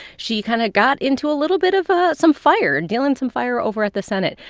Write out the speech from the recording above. she kind of got into a little bit of ah some fire and dealing some fire over at the senate.